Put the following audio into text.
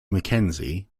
mckenzie